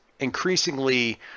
increasingly